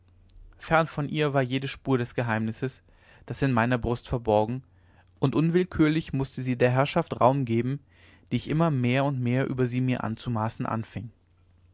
fern von ihr war jede spur des geheimnisses das in meiner brust verborgen und unwillkürlich mußte sie der herrschaft raum geben die ich immer mehr und mehr über sie mir anzumaßen anfing